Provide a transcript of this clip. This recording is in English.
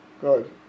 Good